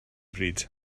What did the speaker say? bryd